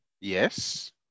Yes